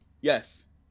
yes